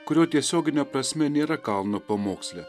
kurio tiesiogine prasme nėra kalno pamoksle